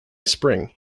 spring